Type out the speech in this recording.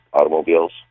automobiles